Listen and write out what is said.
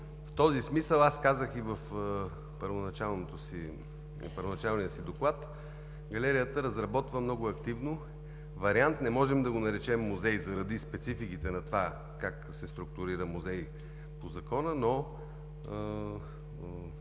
В този смисъл, аз казах и в първоначалния си доклад – Галерията разработва много активно вариант. Не можем да го наречем музей заради спецификите на това как се структурира музей по Закона, но